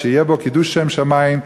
שיהיה בה קידוש שם שמים,